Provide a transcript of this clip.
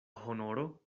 honoro